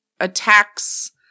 attacks